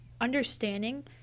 understanding